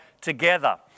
together